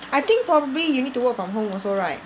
I think probably you need to work from home also right